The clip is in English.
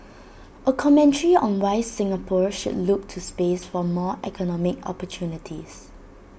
A commentary on why Singapore should look to space for more economic opportunities